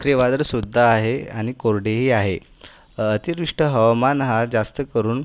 चक्रीवादळ सुद्धा आहे आणि कोरडेही आहे अतिवृष्टी हवामान हा जास्त करुन